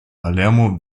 palermo